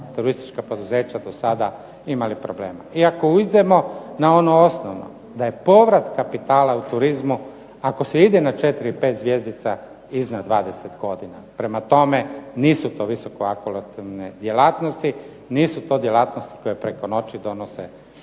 turistička poduzeća imali problema i ako idemo na ono osnovno, da je povrat kapitala u turizmu ako se ide na 4, 5 zvjezdica iznad 20 godina, prema tome nisu to visoko …/Govornik se ne razumije./… djelatnosti, nisu to djelatnosti koje preko noći donose